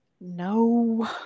no